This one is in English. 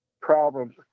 problems